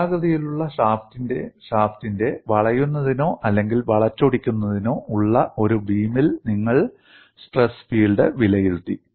വൃത്താകൃതിയിലുള്ള ഷാഫ്റ്റിന്റെ വളയുന്നതിനോ അല്ലെങ്കിൽ വളച്ചൊടിക്കുന്നതിനോ ഉള്ള ഒരു ബീമിൽ നിങ്ങൾ സ്ട്രെസ് ഫീൽഡ് വിലയിരുത്തി